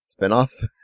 spinoffs